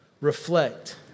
reflect